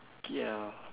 ya